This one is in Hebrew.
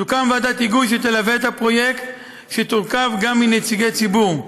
תוקם ועדת היגוי שתלווה את הפרויקט והיא תורכב גם מנציגי ציבור.